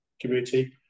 community